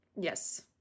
Yes